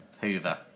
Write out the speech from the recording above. Hoover